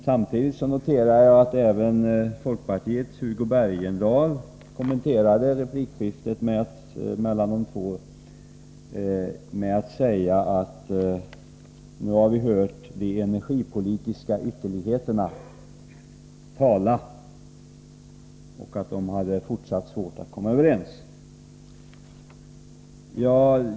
Samtidigt noterar jag att även folkpartiets Hugo Bergdahl kommen terade replikskiftet mellan de två med att säga att vi nu hade hört de energipolitiska ytterligheterna tala och att de hade fortsatt svårt att komma överens.